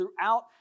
throughout